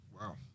Wow